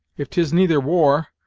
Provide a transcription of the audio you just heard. if tis neither war,